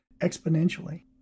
exponentially